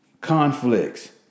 Conflicts